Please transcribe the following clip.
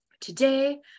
today